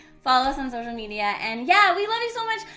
follow us on social media. and yeah, we love you so much.